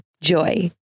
JOY